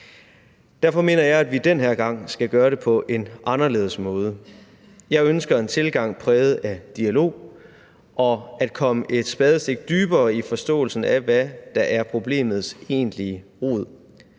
Derfor mener jeg, at vi den her gang skal gøre det på en anderledes måde. Jeg ønsker en tilgang præget af dialog og at komme et spadestik dybere i forståelsen af, hvad der er problemets egentlige rod.